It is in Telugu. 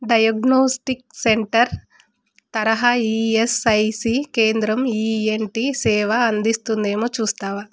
డయాగ్నోస్టిక్ సెంటర్ తరహా ఈఎస్ఐసి కేంద్రం ఈఎన్టి సేవ అందిస్తుందేమో చూస్తావా